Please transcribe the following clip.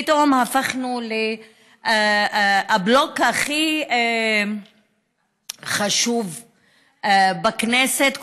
פתאום הפכנו לבלוק הכי חשוב בכנסת,